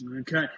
Okay